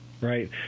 right